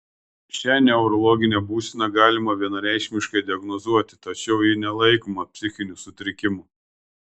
šią neurologinę būseną galima vienareikšmiškai diagnozuoti tačiau ji nelaikoma psichiniu sutrikimu